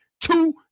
two